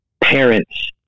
parents